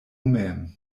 mem